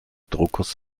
druckers